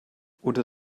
unter